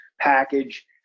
package